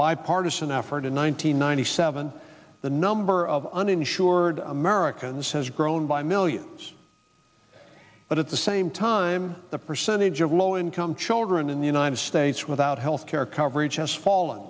bipartisan effort in one thousand nine hundred seven the number of uninsured americans has grown by millions but at the same time the percentage of low income children in the united states without health care coverage has fallen